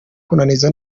kunaniza